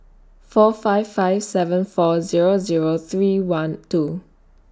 four five five seven four Zero Zero three one two